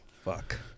Fuck